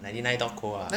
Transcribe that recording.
ninety nine dot co~ ah